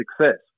success